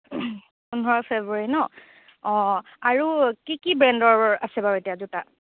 পোন্ধৰ ফেব্ৰুৱাৰী ন অ' আৰু কি কি ব্ৰেণ্ডৰ আছে বাৰু এতিয়া জোতা